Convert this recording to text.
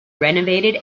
renovated